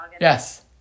Yes